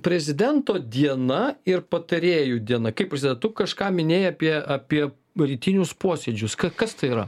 prezidento diena ir patarėjų diena kaip prasideda tu kažką minėjai apie apie rytinius posėdžius kas tai yra